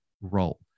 role